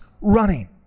running